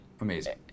Amazing